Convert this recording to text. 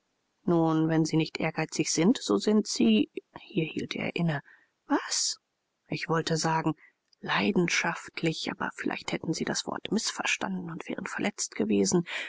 nun wenn sie nicht ehrgeizig sind so sind sie hier hielt er inne was ich wollte sagen leidenschaftlich aber vielleicht hätten sie das wort mißverstanden und wären verletzt gewesen